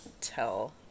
tell